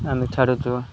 ଆମେ ଛାଡ଼ୁଛୁ